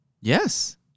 Yes